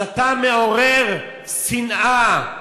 אז אתה מעורר שנאה.